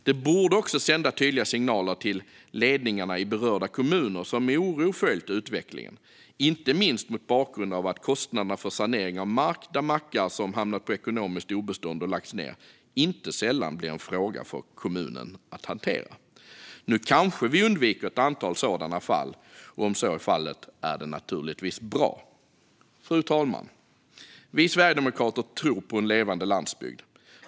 Det borde också sända tydliga signaler till ledningarna i berörda kommuner som med oro följt utvecklingen, inte minst mot bakgrund av att kostnaderna för sanering av mark när mackar hamnat på ekonomiskt obestånd och lagts ned inte sällan blir en fråga för kommunen att hantera. Nu kanske vi undviker ett antal sådana fall. Om så är fallet är det naturligtvis bra. Fru talman! Vi sverigedemokrater tror på en levande landsbygd.